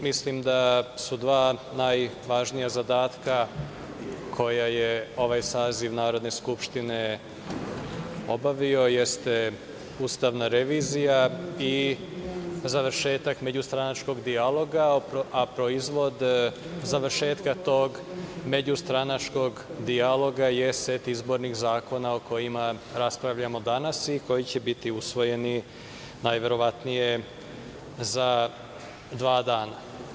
Mislim da su dva najvažnija zadatka koja je ovaj saziv Narodne skupštine obavio ustavna revizija i završetak međustranačkog dijaloga, a proizvod završetka tog međustranačkog dijaloga je set izbornih zakona o kojima raspravljamo danas i koji će biti usvojeni najverovatnije za dva dana.